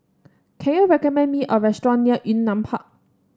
can you recommend me a restaurant near Yunnan Park